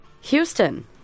Houston